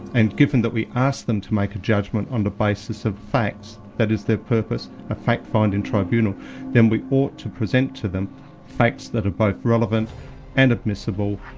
and given that we ask them to make a judgment on the basis of facts that is the purpose of a fact-finding tribunal then we ought to present to them facts that are both relevant and admissible,